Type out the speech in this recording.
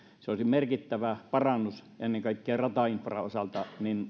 se olisi merkittävä parannus ennen kaikkea ratainfran osalta